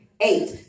Eight